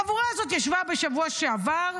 החבורה הזאת ישבה בשבוע שעבר,